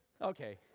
Okay